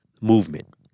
movement